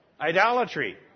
Idolatry